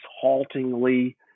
haltingly